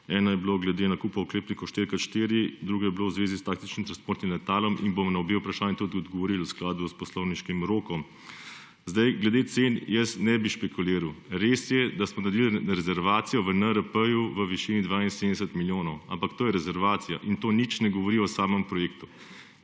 Eno je bilo glede nakupov oklepnikov 4x4, drugo je bilo v zvezi s taktičnim transportnim letalom in bomo na obe vprašanji tudi odgovorili v skladu s poslovniškim rokom. Glede cen jaz ne bi špekuliral. Res je, da smo naredili rezervacijo v NRP v višini 72 milijonov, ampak to je rezervacija in to nič ne govori o samem projektu.